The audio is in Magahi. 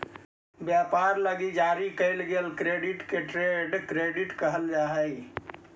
व्यापार लगी जारी कईल गेल क्रेडिट के ट्रेड क्रेडिट कहल जा हई